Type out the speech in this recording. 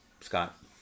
Scott